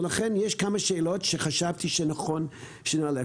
ולכן יש כמה שאלות שחשבתי שנכון שנעלה.